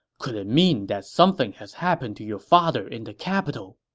could it mean that something has happened to your father in the capital?